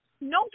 No